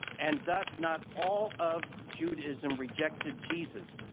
and thus not all of judaism rejected jesus.